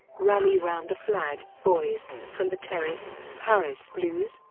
rally round the flag, boys, from the terrace, paris blues,